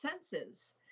senses